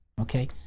okay